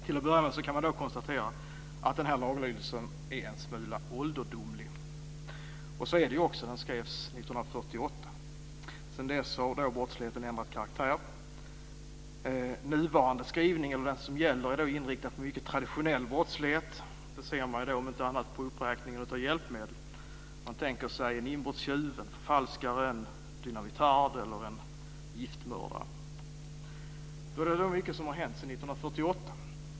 Till att börja med kan man konstatera att den här laglydelsen är en smula ålderdomlig. Och så är det också; den skrevs 1948. Sedan dess har brottsligheten ändrat karaktär. Nuvarande skrivning, eller den som gäller, är inriktad på mycket traditionell brottslighet. Det ser man om inte annat på uppräkningen av hjälpmedel. Man tänker sig en inbrottstjuv, en förfalskare, en dynamitard eller en giftmördare. Det är mycket som har hänt sedan 1948.